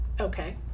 Okay